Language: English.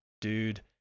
dude